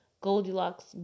Goldilocks